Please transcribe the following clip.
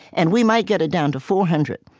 and we might get it down to four hundred,